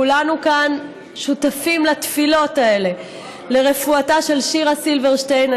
כולנו כאן שותפים לתפילות האלה לרפואתה של שירה סילברשטיין.